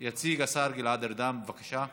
יציג השר גלעד ארדן, בבקשה.